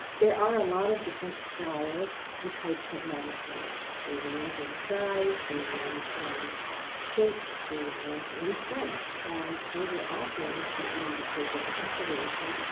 there are a lot of different styles and types of magnifiers. they range in size, they range in shape, they range in strength. and those are all things that you need to take into consideration.